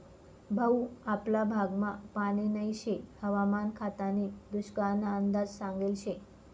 भाऊ आपला भागमा पानी नही शे हवामान खातानी दुष्काळना अंदाज सांगेल शे